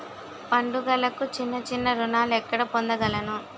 పండుగలకు చిన్న చిన్న రుణాలు ఎక్కడ పొందగలను?